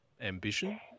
ambition